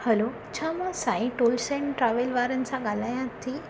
hello छा मां Sai tools ऐं ट्रेवल्स वारनि सां ॻाल्हायां थी